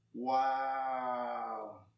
Wow